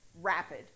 rapid